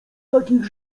takich